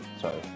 sorry